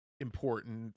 important